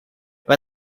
when